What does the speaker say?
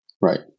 Right